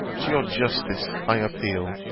to your justice i appeal